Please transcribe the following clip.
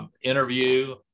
interview